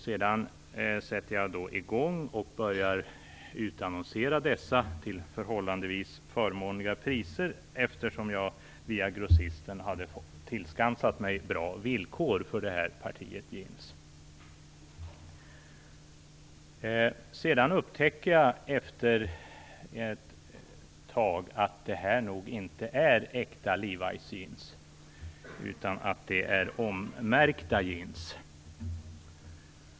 Jag sätter i gång och börjar utannonsera dessa till förhållandevis förmånliga priser eftersom jag via grossisten har tillskansat mig bra villkor för det här partiet jeans. Sedan upptäcker jag efter ett tag att det här nog inte är äkta Levis-jeans, utan att det är ommärkta jeans.